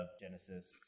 Genesis